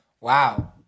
Wow